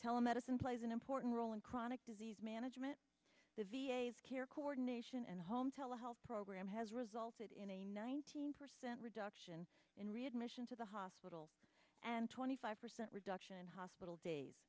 telemedicine plays an important role in chronic disease management the v a s care coordination and home tele health program has resulted in a nineteen percent reduction in readmission to the hospital and twenty five percent reduction in hospital days